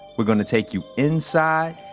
we're gonna take you inside,